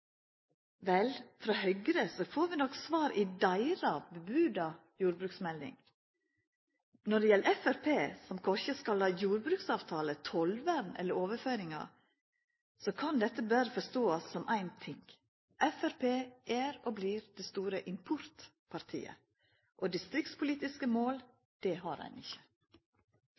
Vel, frå Høgre får vi nok svar i deira varsla jordbruksmelding. Når det gjeld Framstegspartiet, som korkje skal ha jordbruksavtale, tollvern eller overføringar, kan dette berre forståast som éin ting: Framstegspartiet er og blir det store importpartiet, og distriktspolitiske mål – det har ein ikkje.